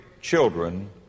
children